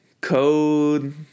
Code